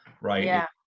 right